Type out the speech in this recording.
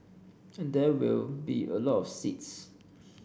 and there will be a lot of seeds